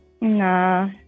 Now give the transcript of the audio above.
Nah